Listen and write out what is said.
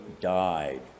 died